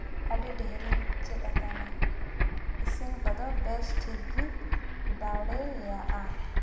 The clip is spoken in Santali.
ᱟᱹᱰᱤ ᱰᱷᱮᱨᱤᱧ ᱪᱮᱫ ᱟᱠᱟᱱᱟ ᱤᱥᱤᱱ ᱠᱚᱫᱚ ᱵᱮᱥ ᱴᱷᱤᱠ ᱜᱤᱧ ᱫᱟᱲᱮᱭᱟᱜᱼᱟ